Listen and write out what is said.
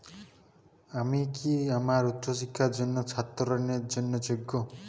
আমি কি আমার উচ্চ শিক্ষার জন্য ছাত্র ঋণের জন্য যোগ্য?